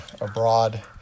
abroad